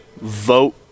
vote